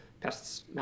pests